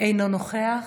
אינו נוכח,